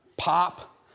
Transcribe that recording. pop